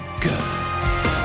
good